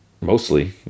mostly